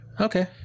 Okay